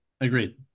Agreed